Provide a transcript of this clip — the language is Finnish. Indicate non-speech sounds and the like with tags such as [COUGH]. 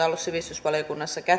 [UNINTELLIGIBLE] ollut sivistysvaliokunnassa